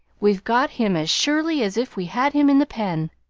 we've got him as surely as if we had him in the pen!